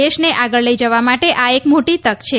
દેશને આગળ લઈ જવા માટે આ એક મોટી તક છે